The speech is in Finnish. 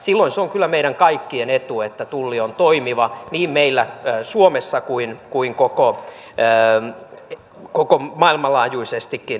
silloin se on kyllä meidän kaikkien etu että tulli on toimiva niin meillä suomessa kuin maailmanlaajuisestikin